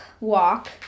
walk